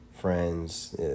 friends